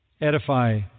edify